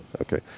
Okay